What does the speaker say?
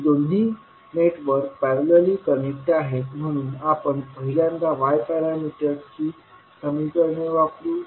ही दोन्ही network parallelly connect आहेत म्हणून आपण पहिल्यांदा y पॅरामीटरची समीकरणे वापरू